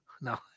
No